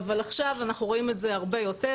אבל עכשיו אנחנו רואים את זה הרבה יותר,